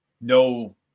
no